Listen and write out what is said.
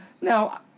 Now